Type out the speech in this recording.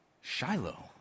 Shiloh